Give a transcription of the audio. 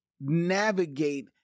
navigate